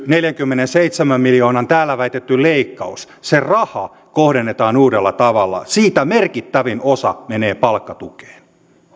neljänkymmenenseitsemän miljoonan leikkaus se raha kohdennetaan uudella tavalla siitä merkittävin osa menee palkkatukeen